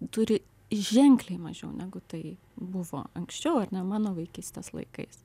turi ženkliai mažiau negu tai buvo anksčiau ar ne mano vaikystės laikais